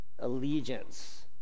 allegiance